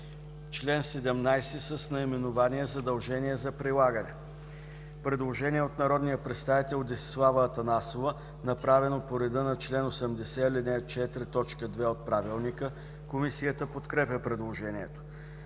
Член 17 с наименование „Задължение за прилагане”. Предложение от народния представител Десислава Атанасова, направено по реда на чл. 80, ал. 4, т. 2 от Правилника. Комисията подкрепя предложението.